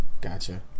Gotcha